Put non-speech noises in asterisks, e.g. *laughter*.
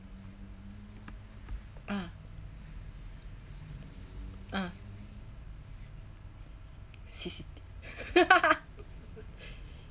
ah ah C_C_T *laughs*